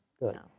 Good